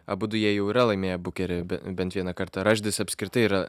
abudu jie jau yra laimėję bukerį be bent vieną kartą raždis apskritai yra